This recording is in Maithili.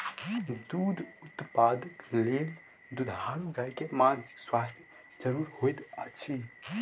दूध उत्पादनक लेल दुधारू गाय के मानसिक स्वास्थ्य ज़रूरी होइत अछि